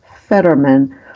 Fetterman